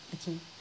okay